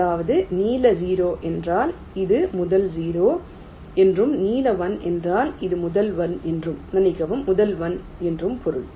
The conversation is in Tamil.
அதாவது நீல 0 என்றால் இது முதல் 0 என்றும் நீல 1 என்றால் இது முதல் 1 என்றும் மன்னிக்கவும் முதல் 1 என்றும் பொருள்